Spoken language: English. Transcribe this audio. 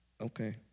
okay